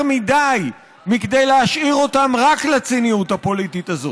מכדי להשאיר אותם רק לציניות הפוליטית הזאת.